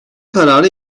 karara